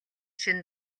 шөнө